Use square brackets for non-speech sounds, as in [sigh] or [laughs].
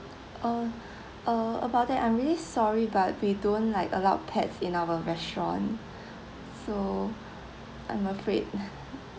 uh uh about that I'm really sorry but we don't like allow pets in our restaurant so I'm afraid [laughs]